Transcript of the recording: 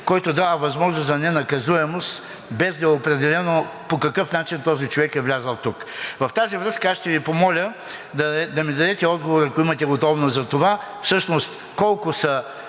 който дава възможност за ненаказуемост, без да е определено по какъв начин този човек е влязъл тук. В тази връзка аз ще Ви помоля да ми дадете отговор, ако имате готовност за това: